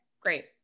great